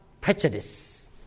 prejudice